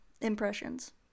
impressions